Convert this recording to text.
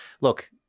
look